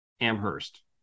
Amherst